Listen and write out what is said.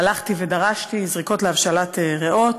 הלכתי ודרשתי זריקות להבשלת ריאות,